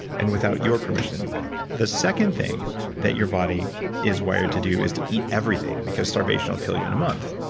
and without your permission anyway. the second thing that your body is wired to do is to eat everything, because starvation will kill you in a month.